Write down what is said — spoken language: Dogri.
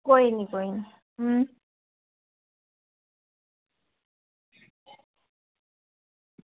कोई निं कोई निं